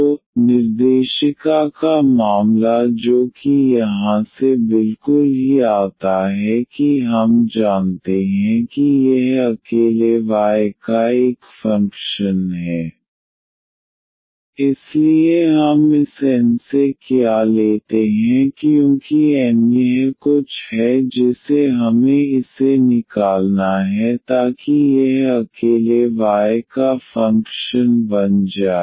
तो निर्देशिका का मामला जो कि यहाँ से बिल्कुल ही आता है कि हम जानते हैं कि यह अकेले y का एक फंक्शन है इसलिए हम इस N से क्या लेते हैं क्योंकि N यह कुछ है जिसे हमें इसे निकालना है ताकि यह अकेले y का फंक्शन बन जाए